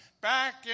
back